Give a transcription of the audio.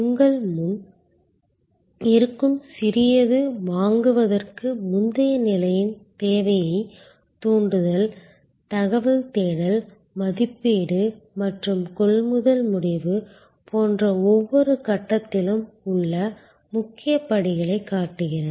உங்கள் முன் இருக்கும் சிறியது வாங்குவதற்கு முந்தைய நிலையின் தேவையைத் தூண்டுதல் தகவல் தேடல் மதிப்பீடு மற்றும் கொள்முதல் முடிவு போன்ற ஒவ்வொரு கட்டத்திலும் உள்ள முக்கிய படிகளைக் காட்டுகிறது